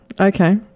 Okay